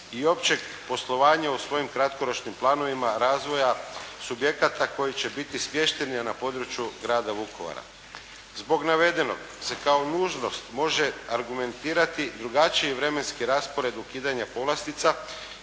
i općeg poslovanja u svojim kratkoročnim planovima razvoja subjekata koje će biti smješteni na području Grada Vukovara. Zbog navedenog se kao nužnost može argumentirati drugačiji vremenski raspored ukidanja povlastica